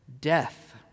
death